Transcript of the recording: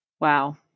Wow